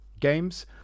games